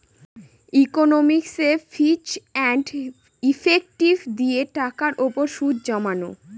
ইকনমিকসে fix and effective দিয়ে টাকার উপর সুদ জমানো